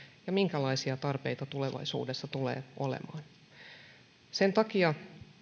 ja minkälaisia tarpeita tulevaisuudessa tulee olemaan sen takia